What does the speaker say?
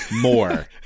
more